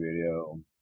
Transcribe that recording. video